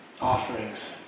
offerings